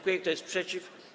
Kto jest przeciw?